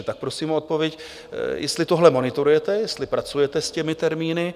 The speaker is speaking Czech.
Tak prosím o odpověď, jestli tohle monitorujete, jestli pracujete s těmi termíny.